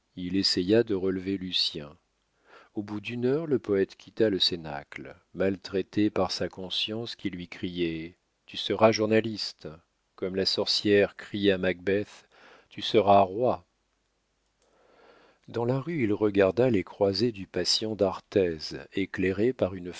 il essaya de relever lucien au bout d'une heure le poète quitta le cénacle maltraité par sa conscience qui lui criait tu seras journaliste comme la sorcière crie à macbeth tu seras roi dans la rue il regarda les croisées du patient d'arthez éclairées par une